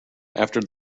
after